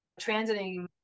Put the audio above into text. transiting